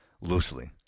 loosely